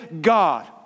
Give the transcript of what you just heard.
God